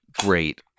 great